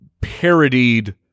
parodied